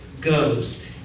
goes